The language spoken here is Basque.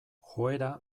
joera